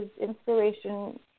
inspiration